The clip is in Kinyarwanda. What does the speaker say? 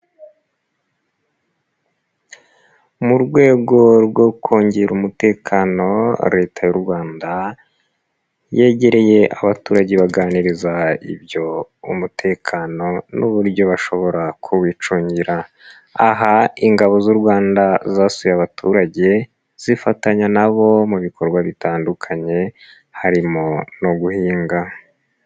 Mu rwego rwo kongera umutekano, leta y'u Rwanda yegereye abaturage baganiriza ibyo umutekano n'uburyo bashobora kubiwicungira. Aha, ingabo z'u Rwanda zasuye abaturage, zifatanya na bo mu bikorwa bitandukanye, harimo no guhinga.